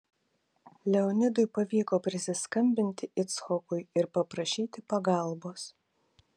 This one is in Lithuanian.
leonidui pavyko prisiskambinti icchokui ir paprašyti pagalbos